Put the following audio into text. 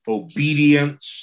obedience